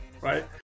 right